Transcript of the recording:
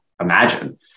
imagine